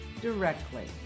directly